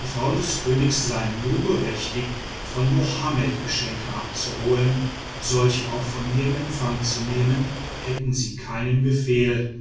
die frauen des königs seien nur berechtigt von mohammed geschenke abzuholen solche auch von mir in empfang zu nehmen hätten sie keinen befehl